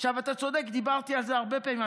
אתה צודק, דיברתי על זה הרבה פעמים.